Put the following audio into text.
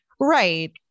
Right